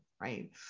right